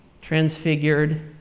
transfigured